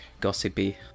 gossipy